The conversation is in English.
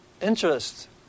interest